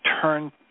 turn